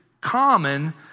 common